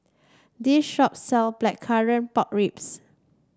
this shop sell Blackcurrant Pork Ribs